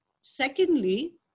Secondly